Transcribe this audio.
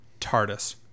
TARDIS